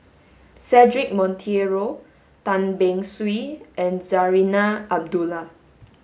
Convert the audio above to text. Cedric Monteiro Tan Beng Swee and Zarinah Abdullah